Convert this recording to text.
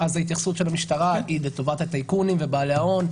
אז ההתייחסות של המשטרה היא לטובת הטייקונים ובעלי ההון.